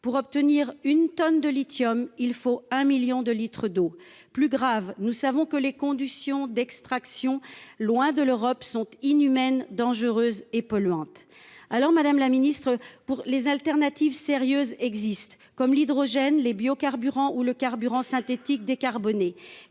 pour obtenir une tonne de lithium, il faut un million de litres d'eau. Plus grave, nous savons que les conditions d'extraction, loin de l'Europe sont inhumaines, dangereuses et polluantes alors Madame la Ministre pour les alternatives sérieuses existent comme l'hydrogène, les biocarburants ou le carburant synthétique décarboné